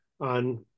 on